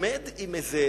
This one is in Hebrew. עומד עם איזה